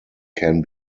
can